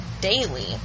daily